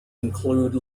include